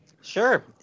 Sure